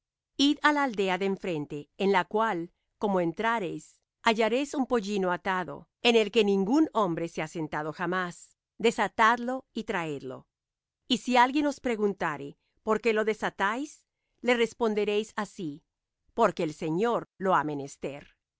id á la aldea de enfrente en la cual como entrareis hallaréis un pollino atado en el que ningún hombre se ha sentado jamás desatadlo y traedlo y si alguien os preguntare por qué lo desatáis le responderéis así porque el señor lo ha menester